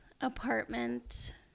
apartment